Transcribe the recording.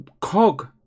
cog